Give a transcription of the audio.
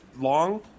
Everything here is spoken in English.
long –